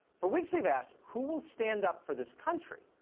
for weeks, we've asked who will stand up for this country?